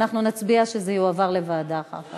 ואנחנו נצביע שזה יועבר לוועדה אחר כך.